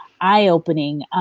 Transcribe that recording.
eye-opening